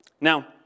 Now